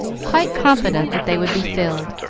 quite confident that they would be filled,